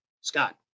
Scott